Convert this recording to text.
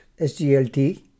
SGLT